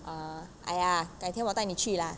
uh !aiya! 改天我带你去 lah